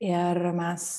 ir mes